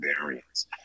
variants